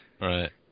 Right